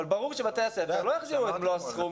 אבל ברור שבתי הספר לא יחזירו את מלוא הסכום.